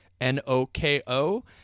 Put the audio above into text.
n-o-k-o